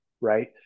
right